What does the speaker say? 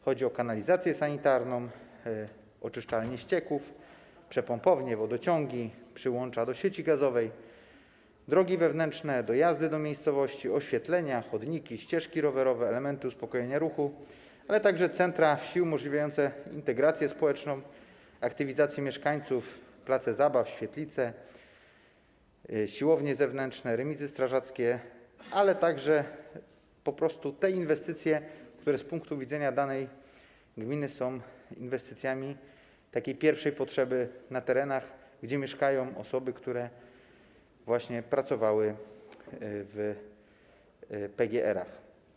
Chodzi o kanalizację sanitarną, oczyszczalnie ścieków, przepompownie, wodociągi, przyłącza do sieci gazowej, drogi wewnętrzne, dojazdy do miejscowości, oświetlenie, chodniki, ścieżki rowerowe, elementy uspokojenia ruchu, ale także centra wsi umożliwiające integrację społeczną, aktywizację mieszkańców, place zabaw, świetlice, siłownie zewnętrzne, remizy strażackie, po prostu inwestycje, które z punktu widzenia danej gminy są inwestycjami pierwszej potrzeby na terenach, gdzie mieszkają osoby, które pracowały w PGR-ach.